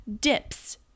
Dips